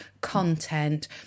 content